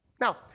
Now